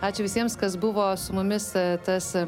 ačiū visiems kas buvo su mumis tas